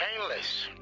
Painless